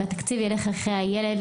והתקציב ילך אחרי הילד.